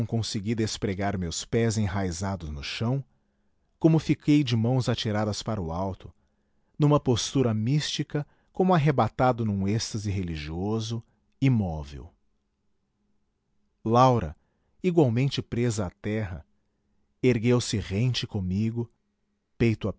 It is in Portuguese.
consegui despregar meus pés enraizados no chão como fiquei de mãos atira das para o alto numa postura mística como arrebatado num êxtase religioso imóvel laura igualmente presa à terra ergueu-se rente comigo peito